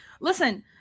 Listen